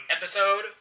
episode